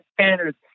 standards